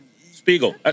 Spiegel